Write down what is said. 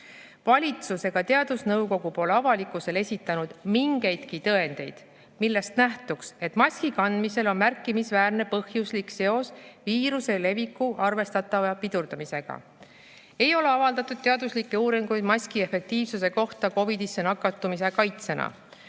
valitsus ega teadusnõukoda pole avalikkusele esitanud mingeidki tõendeid, millest nähtuks, et maski kandmisel on märkimisväärne põhjuslik seos viiruse leviku arvestatava pidurdamisega. Ei ole avaldatud teaduslikke uuringuid maski efektiivsuse kohta COVID-isse nakatumise kaitsena.